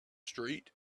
street